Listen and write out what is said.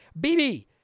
BB